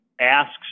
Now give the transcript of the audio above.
asks